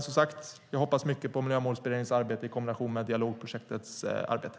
Som sagt: Jag hoppas mycket på Miljömålsberedningens arbete i kombination med dialogprojektets arbete.